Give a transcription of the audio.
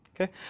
Okay